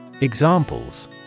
Examples